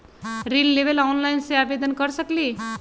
ऋण लेवे ला ऑनलाइन से आवेदन कर सकली?